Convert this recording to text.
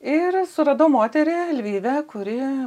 ir suradau moterį alvydą kuri